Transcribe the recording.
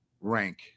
rank